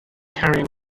carrying